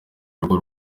urugo